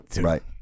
Right